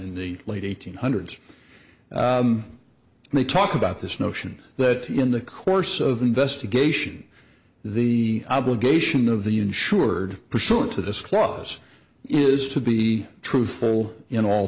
in the late eighteenth hundreds and they talk about this notion that in the course of investigation the obligation of the unit sure pursuant to this clause is to be truthful in all